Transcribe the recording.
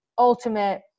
ultimate